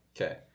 Okay